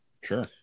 Sure